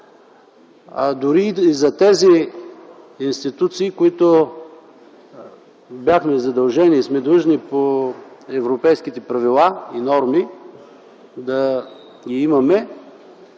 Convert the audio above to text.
Дори тези институции, които бяхме задължени и сме длъжни по европейските правила и норми да ги има